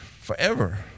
forever